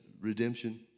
redemption